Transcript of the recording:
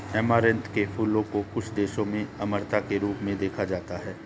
amaranth के फूलों को कुछ देशों में अमरता के रूप में देखा जाता है